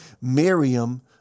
Miriam